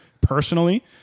personally